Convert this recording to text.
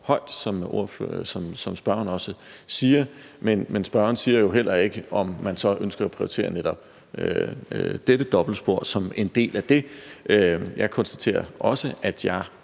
højt, som spørgeren også siger, men spørgeren siger jo heller ikke, om man så ønsker at prioritere netop dette dobbeltspor som en del af det. Jeg konstaterer også, at jeg